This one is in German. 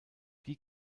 die